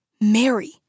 Mary